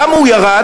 למה הוא ירד?